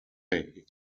say